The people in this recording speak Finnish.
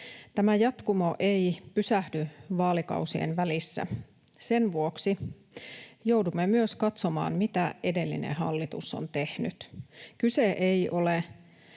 Tämä jatkumo ei pysähdy vaalikausien välissä, ja sen vuoksi joudumme myös katsomaan, mitä edellinen hallitus on tehnyt. Kyse ei ole